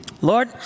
Lord